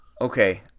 Okay